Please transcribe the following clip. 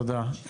תודה.